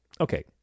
okay